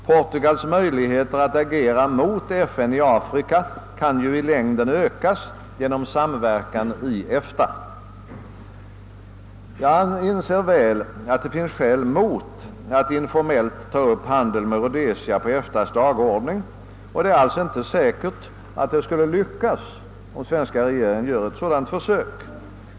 Portugals möjligheter att agera mot FN i Afrika kan ju i längden ökas genom samverkan i EFTA. Jag inser väl att det finns skäl mot att informellt ta upp frågan om handeln med Rhodesia på EFTA:s dagordning, och det är inte alls säkert att det skulle lyckas om den svenska regeringen gör ett sådant försök.